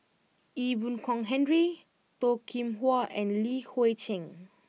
Ee Boon Kong Henry Toh Kim Hwa and Li Hui Cheng